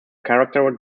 character